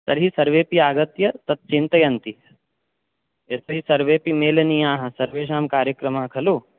तर्हि सर्वेऽपि आगत्य तत् चिन्तयन्ति यदि सर्वेऽपि मेलनीयाः सर्वेषां कार्यक्रमः खलु